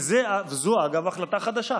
וזו, אגב, החלטה חדשה.